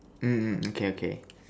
um um okay okay